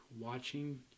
watching